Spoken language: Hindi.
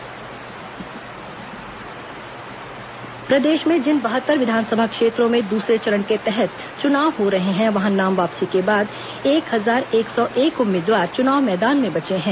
विस चुनाव उम्मीदवार प्रदेश में जिन बहत्तर विधानसभा क्षेत्रों में दूसरे चरण के तहत चुनाव हो रहे हैं वहां नाम वापसी के बाद एक हजार एक सौ एक उम्मीदवार चुनाव मैदान में बचे हैं